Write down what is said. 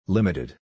Limited